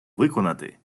виконати